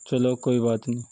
چلو کوئی بات نہیں